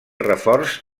reforç